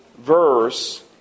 verse